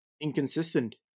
inconsistent